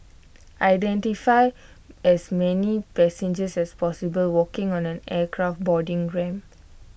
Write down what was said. identify as many passengers as possible walking on an aircraft boarding ramp